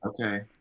okay